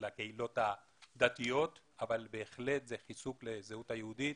לקהילות הדתיות, אבל זה בהחלט חיזוק לזהות היהודית